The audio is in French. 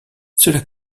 cela